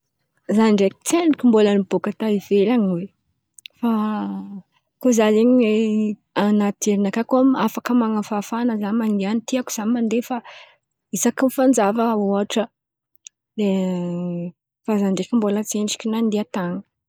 Zah ndraiky mbola tsendriky nibôka ta ivelan̈y fa koa koa zen̈y an̈aty jerinakà koa afaka man̈afafan̈a zah mandeha an̈y fa tiako zah mandeha fa isaky ny fanjava ôhatra fa zah ndraiky mbola tsendriky nandeha tan̈y.